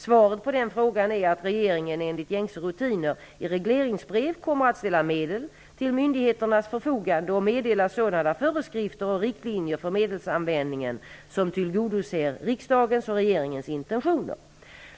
Svaret på den frågan är, att regeringen enligt gängse rutiner i regleringsbrev kommer att ställa medlen till myndigheternas förfogande och meddela sådana föreskrifter och riktlinjer för medelsanvändningen som tillgodoser riksdagens och regeringens intentioner.